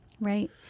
Right